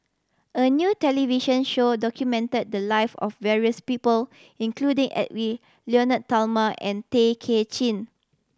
a new television show documented the life of various people including Edwy Lyonet Talma and Tay Kay Chin